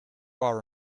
are